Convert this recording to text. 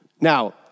Now